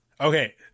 Okay